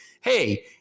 Hey